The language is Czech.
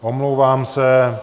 Omlouvám se.